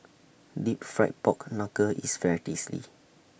Deep Fried Pork Knuckle IS very tasty